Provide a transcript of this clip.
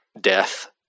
death